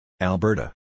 Alberta